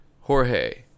Jorge